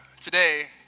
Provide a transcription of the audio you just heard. today